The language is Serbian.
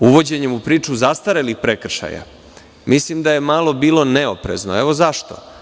Uvođenje u priču zastarelih prekršaja, mislim da je malo bilo neoprezno, a evo i zašto.